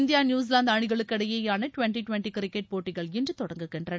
India New Zealand அணிகளுக்கு இடையேயாள twenty twenty cricket போட்டிகள் இன்று தொடங்குகின்றன